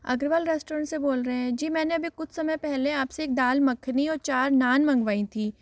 Agarwal restaurant से बोल रहे हैं जी मैंने अभी कुछ समय पहले आपसे एक दाल मखनी और चार नान मंगवाई थी